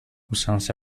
usanza